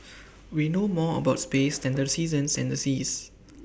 we know more about space than the seasons and the seas